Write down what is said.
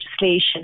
legislation